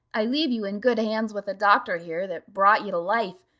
i leave you in good hands with the doctor here, that brought you to life,